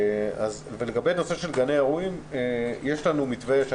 לגבי גני האירועים יש לנו מתווה.